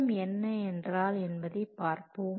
இப்போது baseline என்றால் என்ன என்று பார்ப்போம்